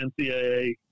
NCAA